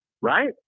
Right